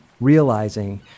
realizing